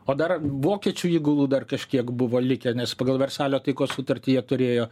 o dar vokiečių įgulų dar kažkiek buvo likę nes pagal versalio taikos sutartį jie turėjo